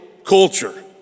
culture